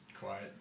quiet